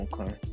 Okay